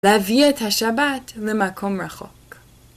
להביא את השבת למקום רחוק.